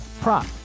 prop